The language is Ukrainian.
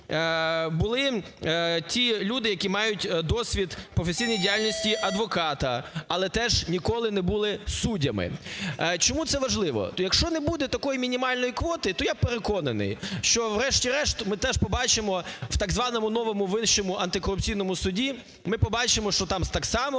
були ті люди, які мають досвід професійної діяльності адвоката, але теж ніколи не були суддями. Чому це важливо. То якщо не буде такої мінімальної квоти, то я переконаний, що врешті-решт ми теж побачимо в так званому новому Вищому антикорупційному суді, ми побачимо, що там так само